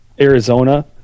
arizona